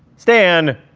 stan!